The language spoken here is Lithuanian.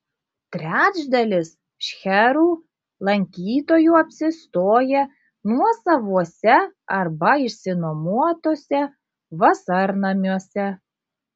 trečdalis šcherų lankytojų apsistoja nuosavuose arba išsinuomotuose vasarnamiuose